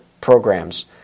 programs